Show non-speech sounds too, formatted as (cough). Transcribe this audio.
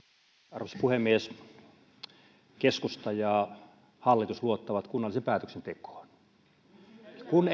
arvoisa puhemies keskusta ja hallitus luottavat kunnalliseen päätöksentekoon kun (unintelligible)